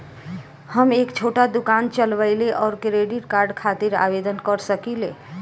हम एक छोटा दुकान चलवइले और क्रेडिट कार्ड खातिर आवेदन कर सकिले?